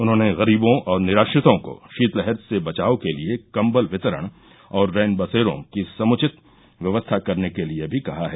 उन्होंने गरीबों और निराश्रितों को शीतलहर से बचाव के लिये कम्बल बितरण और रैन बसेरों की समुचित व्यवस्था करने के लिये भी कहा है